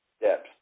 steps